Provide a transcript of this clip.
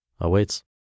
awaits